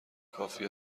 کافی